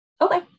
Okay